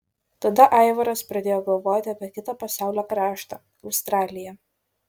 tada aivaras pradėjo galvoti apie kitą pasaulio kraštą australiją